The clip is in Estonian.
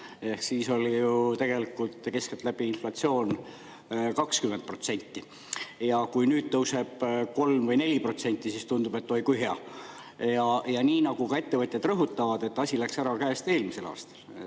Siis oli ju tegelikult keskeltläbi inflatsioon 20%, ja kui nüüd tõuseb 3% või 4%, siis tundub, et oi kui hea. Nagu ettevõtjad rõhutavad, asi läks käest ära eelmisel aastal.